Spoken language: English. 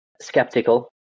skeptical